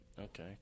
okay